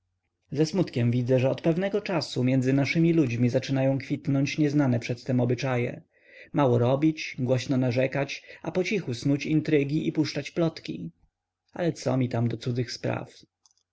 ze smutkiem widzę że od pewnego czasu między naszymi ludźmi zaczynają kwitnąć nieznane przedtem obyczaje mało robić głośno narzekać a pocichu snuć intrygi i puszczać plotki ale co mi tam do cudzych spraw